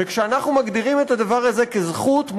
וכשאנחנו מגדירים את הדבר הזה כזכות,